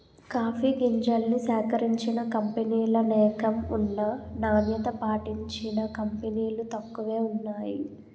coffee గింజల్ని సేకరించిన కంపినీలనేకం ఉన్నా నాణ్యత పాటించిన కంపినీలు తక్కువే వున్నాయి